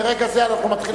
מרגע זה אנחנו מתחילים.